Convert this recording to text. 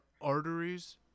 arteries